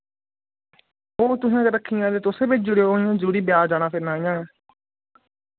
ओह् तुसें अगर रक्खियां ते तुस भेजी ओड़ेओ हून में जरुरी बजार जाना फिर में इ'यां